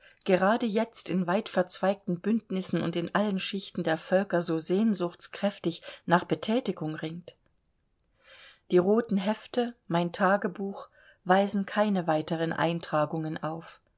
gerade jetzt in weitverzweigten bündnissen und in allen schichten der völker so sehnsuchtskräftig nach bethätigung ringt die roten hefte mein tagebuch weisen keine weiteren eintragungen auf